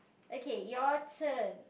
okay your turn